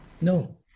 No